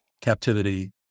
captivity